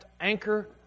anchor